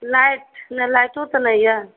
light लाइटो तऽ नहि यऽ